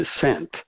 descent